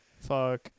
Fuck